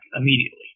immediately